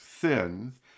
sins